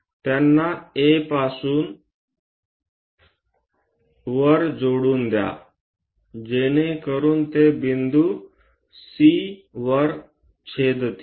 त्यांना A पासून वर जोडून द्या जेणेकरून ते बिंदू C वर छेदतील